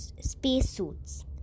spacesuits